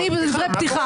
אני בדברי פתיחה.